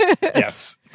Yes